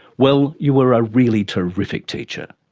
well, you were a really terrific teacher.